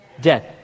death